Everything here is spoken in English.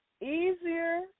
easier